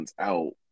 out